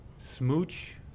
smooch